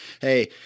Hey